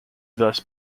thus